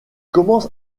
commence